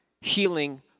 healing